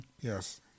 Yes